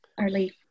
early